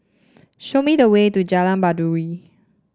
show me the way to Jalan Baiduri